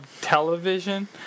television